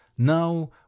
now